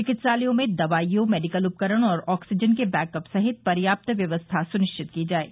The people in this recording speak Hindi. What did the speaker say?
चिकित्सालयों में दवाईयों मेडिकल उपकरण और ऑक्सीजन के बैकअप सहित पर्याप्त व्यवस्था सुनिश्चित की जाये